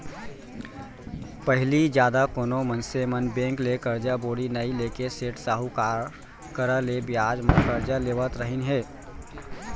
पहिली जादा कोनो मनसे मन बेंक ले करजा बोड़ी नइ लेके सेठ साहूकार करा ले बियाज म करजा लेवत रहिन हें